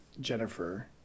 Jennifer